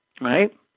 right